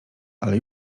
ale